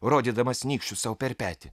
rodydamas nykščiu sau per petį